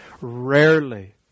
Rarely